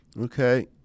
Okay